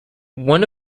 one